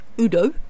udo